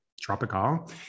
Tropical